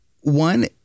one